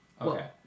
Okay